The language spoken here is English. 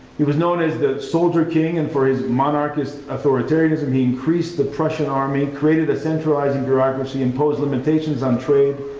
he was known as the soldier king and for his monarchist authoritarianism. he increased the prussian army, created a centralizing bureaucracy, imposed limitations on trade,